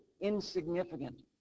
insignificant